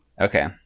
Okay